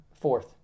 Fourth